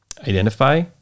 identify